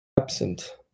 Absent